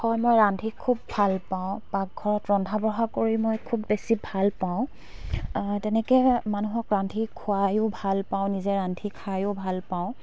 হয় মই ৰান্ধি খুব ভাল পাওঁ পাকঘৰত ৰন্ধা বঢ়া কৰি মই খুব বেছি ভাল পাওঁ তেনেকৈ মানুহক ৰান্ধি খোৱাইও ভাল পাওঁ নিজে ৰান্ধি খাইও ভাল পাওঁ